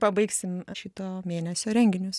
pabaigsim šito mėnesio renginius